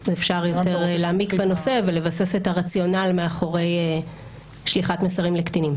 אפשר יותר להעמיק בנושא ולבסס את הרציונל מאחורי שליחת מסרים לקטינים.